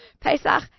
Pesach